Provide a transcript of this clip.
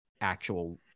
actual